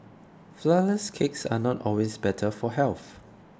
Flourless Cakes are not always better for health